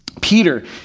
Peter